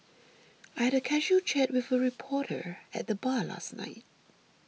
I had a casual chat with a reporter at the bar last night